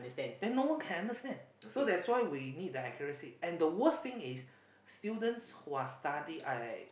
then no one can understand so that's why we need the accuracy and the worst thing is students who are study I